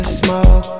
smoke